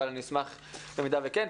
אבל אני אשמח במידה וכן.